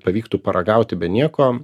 pavyktų paragauti be nieko